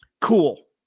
Cool